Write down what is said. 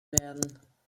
werden